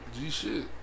G-shit